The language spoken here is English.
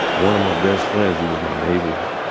one of my best friends, he was my neighbor.